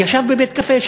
ישב בבית-קפה,